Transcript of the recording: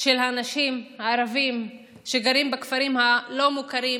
של האנשים הערבים שגרים בכפרים הלא-מוכרים